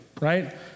right